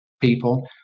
people